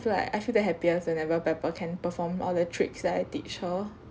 so like I feel the happiest whenever pepper can perform all the tricks that I teach her